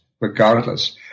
Regardless